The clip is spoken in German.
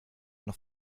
noch